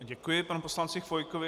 Děkuji panu poslanci Chvojkovi.